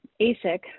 ASIC